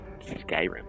Skyrim